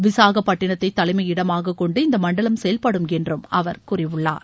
விசாகப்பட்டினத்தை தலைமை இடமாக கொண்டு இந்த மண்டலம் செயல்படும் என்றும் அவர் கூறியுள்ளார்